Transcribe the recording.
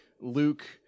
Luke